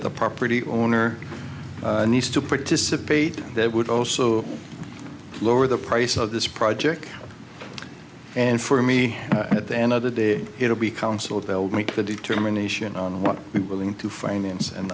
the property owner needs to participate that would also lower the price of this project and for me at the end of the day it will be council belled make the determination on what we willing to finance and